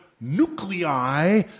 nuclei